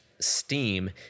steam